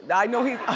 and i know he